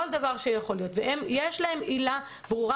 כל דבר שיכול להיות יש להם עילה ברורה